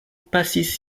pasis